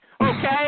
okay